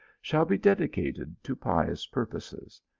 should be dedicated to pious purposes.